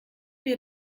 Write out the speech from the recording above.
wir